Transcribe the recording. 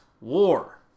war